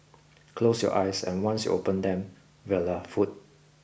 close your eyes and once you open them voila food